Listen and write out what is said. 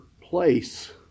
place